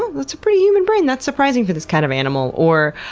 that's a pretty human brain, that's surprising for this kind of animal, or,